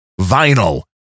vinyl